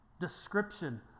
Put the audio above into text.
description